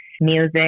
music